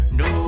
no